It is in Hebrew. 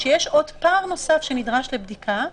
שיש פער נוסף שנדרש לבדיקה,